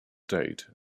date